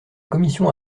commission